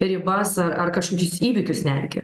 ribas ar ar kažkokius įvykius netgi